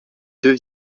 deux